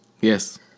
Yes